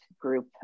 group